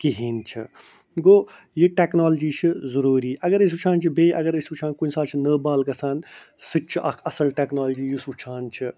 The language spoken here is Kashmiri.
کِہیٖنۍ چھِ گوٚو یہِ ٹیکنالجی چھِ ضُروٗری اَگر أسۍ وُچھان چھِ بیٚیہِ اَگر أسۍ وُچھان کُنہِ ساتہٕ چھِ نٔو بال گژھان سُتہِ چھِ اَکھ اَصٕل ٹیکنالجی یُس وُچھان چھِ